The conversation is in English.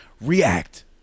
react